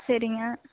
சரிங்க